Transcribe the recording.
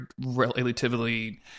relatively